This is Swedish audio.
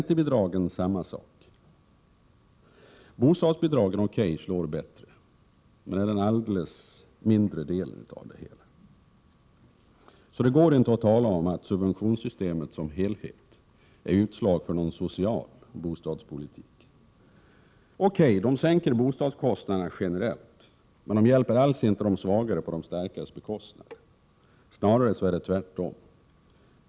Det är samma sak med räntebidragen. Bostadsbidragen slår visserligen bättre, men de är en mindre del av det hela. Det går alltså inte att tala om att subventionssystemet som helhet är ett utslag av social bostadspolitik. Bostadsbidragen sänker bostadskostnaderna generellt, men de hjälper alls inte de svagare på de starkares bekostnad — snarare tvärtom.